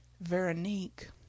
Veronique